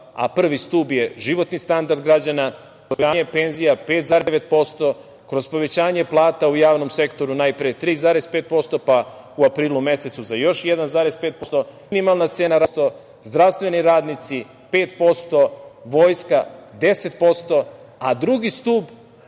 stuba. Prvi stub je životni standard građana kroz povećanje penzija 5,9%, kroz povećanje plata u javnom sektoru, najpre 3,5%, pa u aprilu mesecu za još 1,5%, minimalna cena rada 6,6%, zdravstveni radnici 5%, Vojska 10%.Drugi stub